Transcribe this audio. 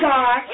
God